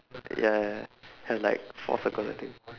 ya had like four circles I think